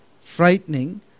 frightening